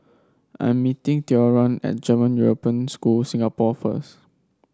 I am meeting Theron at German European School Singapore first